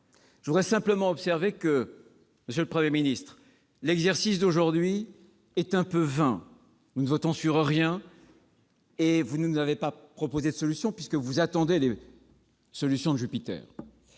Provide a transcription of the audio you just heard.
Je voudrais simplement observer, monsieur le Premier ministre, que l'exercice d'aujourd'hui est un peu vain : nous ne votons sur rien et vous ne nous avez pas proposé de solutions, puisque vous attendez celles de Jupiter.